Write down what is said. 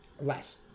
Less